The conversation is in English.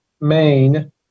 Main